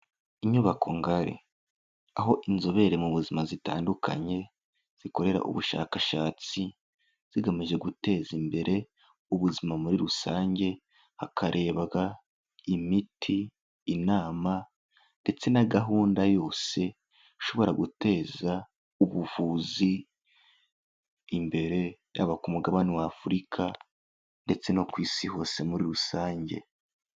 Inyubako ngari, aho inzobere mu buzima zitandukanye zikorera ubushakashatsi zigamije guteza imbere ubuzima muri rusange, hakarebwa imiti, inama ndetse na gahunda yose ishobora guteza ubuvuzi imbere yaba ku mugabane wa Afurika ndetse no ku Isi hose muri rusange.